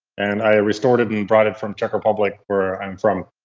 and i restored it and brought it from czech republic where um from,